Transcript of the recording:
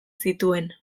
zituen